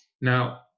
Now